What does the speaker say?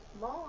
mom